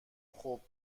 خوب